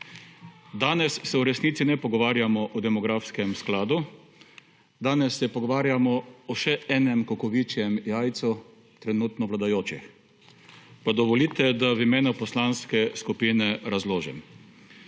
Danes se v resnici ne pogovarjamo o demografskem skladu, danes se pogovarjamo o še enem kukavičjem jajcu trenutno vladajočih. Pa dovolite, da v imenu poslanske skupine razložim.